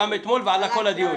הוא עלה גם אתמול ובכל הדיונים.